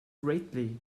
greatly